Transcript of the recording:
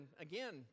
again